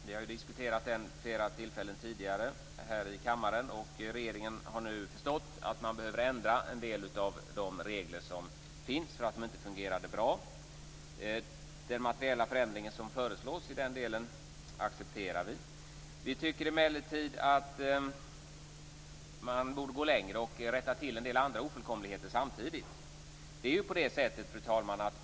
Vi har ju diskuterat det vid flera tillfällen tidigare här i kammaren. Regeringen har nu förstått att man behöver ändra en del av de regler som finns eftersom de inte fungerade bra. Vi accepterar den materiella förändringen som föreslås i den delen. Vi tycker emellertid att man borde gå längre och rätta till en del andra ofullkomligheter samtidigt. Fru talman!